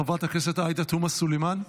חברת הכנסת עאידה תומא סלימאן,